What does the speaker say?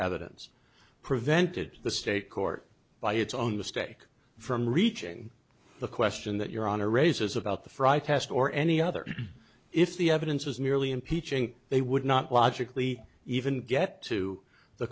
evidence prevented the state court by its own mistake from reaching the question that your honor raises about the fry test or any other if the evidence is merely impeaching they would not logically even get to the